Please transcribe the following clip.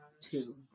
two